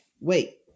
wait